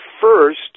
first